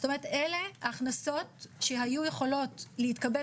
זאת אומרת אלה ההכנסות שהיו יכולות להתקבל